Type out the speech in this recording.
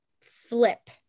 flip